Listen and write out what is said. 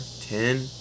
ten